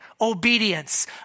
obedience